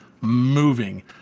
moving